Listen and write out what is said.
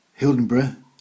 Hildenborough